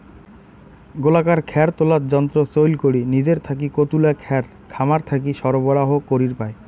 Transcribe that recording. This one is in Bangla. গোলাকার খ্যার তোলার যন্ত্র চইল করি নিজের থাকি কতুলা খ্যার খামার থাকি সরবরাহ করির পায়?